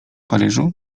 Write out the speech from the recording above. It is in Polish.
paryżu